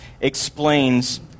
explains